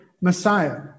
Messiah